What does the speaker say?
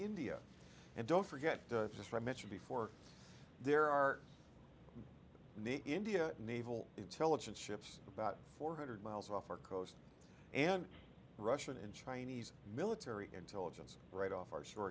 india and don't forget just i mentioned before there are india naval intelligence ships about four hundred miles off our coast and russian and chinese military intelligence right off our shore